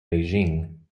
beijing